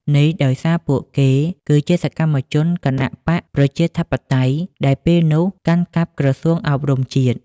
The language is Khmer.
នេះដោយសារពួកគេគឺជាសកម្មជនគណបក្សប្រជាធិបតេយ្យ ដែលពេលនោះ កាន់កាប់ក្រសួងអប់រំជាតិ។